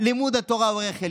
חברת הכנסת עאידה תומא סלימאן,